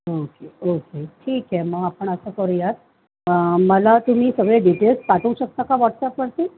okay okay ठीक आहे मग आपण असं करूयात मला तुम्ही सगळे डिटेल्स पाठवू शकता का व्हॉट्सअपवरती